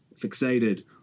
fixated